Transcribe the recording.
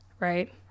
right